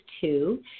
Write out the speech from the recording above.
two